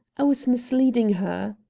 i was misleading her.